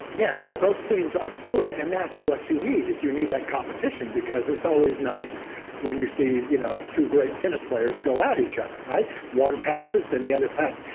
yeah. so those things are fluid. and that's what you need is you need that competition because it's always nice when you see you know two great tennis players go at each other. one passes, then the other pass,